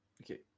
Okay